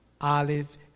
olive